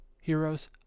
Heroes